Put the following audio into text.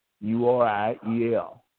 U-R-I-E-L